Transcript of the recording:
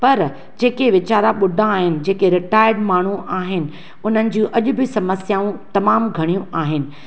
पर जेके वेचारा ॿुढा आहिनि जेके रिटायर्ड माण्हूं आहिनि उन्हनि जूं अजु॒ बि समस्याऊं तमामु घणियूं आहिनि